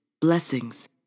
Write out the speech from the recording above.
Blessings